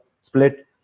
split